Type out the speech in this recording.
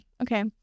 Okay